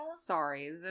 sorry